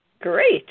Great